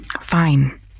fine